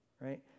right